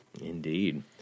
Indeed